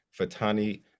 Fatani